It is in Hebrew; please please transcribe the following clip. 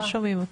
לא קיצונית,